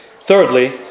Thirdly